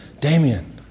Damien